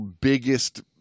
biggest